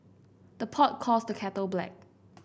the pot calls the kettle black